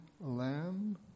lamb